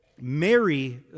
Mary